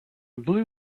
blue